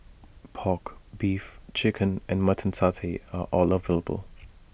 Pork Beef Chicken and Mutton Satay are all available